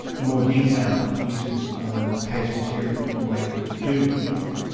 more detailed uses of case material in ways that do, i think,